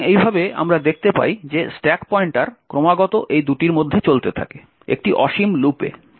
সুতরাং এইভাবে আমরা দেখতে পাই যে স্ট্যাক পয়েন্টার ক্রমাগত এই দুটির মধ্যে চলতে থাকে একটি অসীম লুপে